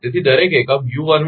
તેથી દરેક એકમ u11 u22